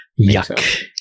yuck